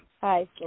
hi